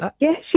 Yes